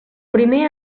primer